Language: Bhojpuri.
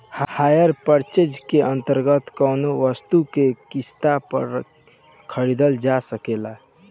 हायर पर्चेज के अंतर्गत कौनो वस्तु के किस्त पर खरीदल जा सकेला